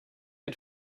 had